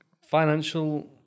Financial